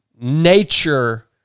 nature